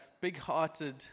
big-hearted